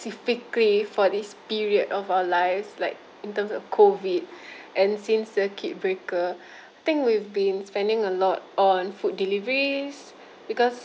specifically for this period of our lives like in terms of COVID and since circuit breaker I think we've been spending a lot on food deliveries because